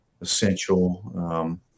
essential